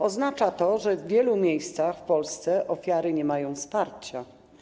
Oznacza to, że w wielu miejscach w Polsce ofiary nie mają wsparcia.